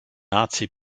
nazi